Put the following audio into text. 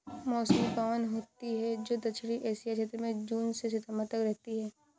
मौसमी पवन होती हैं, जो दक्षिणी एशिया क्षेत्र में जून से सितंबर तक रहती है